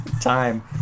time